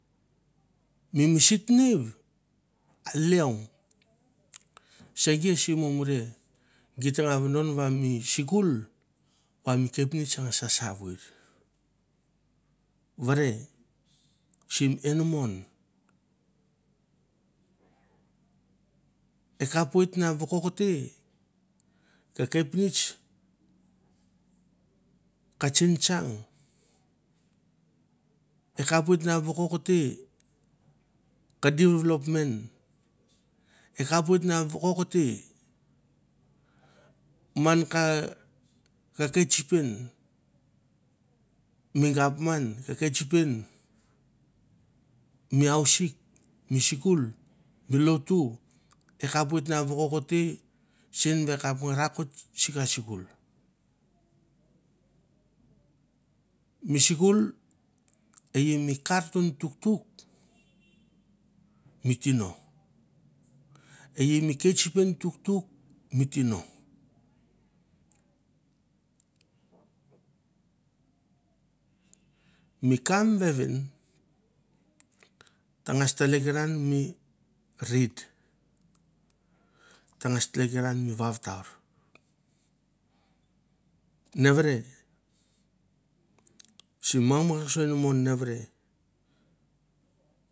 Mi misitnev a leong, se iesu ma mure, git ta ra vodon va mi sikul va mi kepnets sasaveir. Vore sim enamon, e kepoit na vokokte ka kepnets ka tsentsang e kapoit na vokokte ka develpment e kapoit na vokokte man ka ketspren mi gapman ka ketsipien mi ausik mi sikul, mi lotu e kapoit na vokokote sen va e kap nga rakot si ka sikul. Mi sikul e i mi karton tuktuk mi tino e i mi ketspiren tuktuk mi tino. Mi ka a mi vevin tangas tlekiran mi read, tangas tlekeran mi vautar. Nevere simi mangmangso enamon.